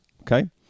Okay